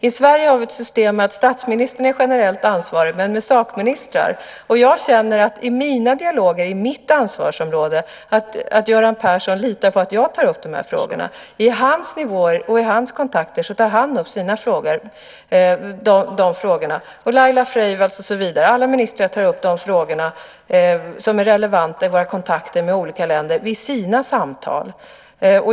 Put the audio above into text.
I Sverige har vi ett system att statsministern är generellt ansvarig och att det sedan finns sakministrar. Jag känner att Göran Persson litar på att jag tar upp de här frågorna i mina dialoger på mitt ansvarsområde. På hans nivåer och i hans kontakter tar han upp de frågorna. Det är likadant med Laila Freivalds, och så vidare. Alla vi ministrar tar upp de frågor som är relevanta i våra kontakter med olika länder vid våra samtal.